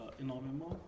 énormément